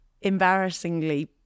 Embarrassingly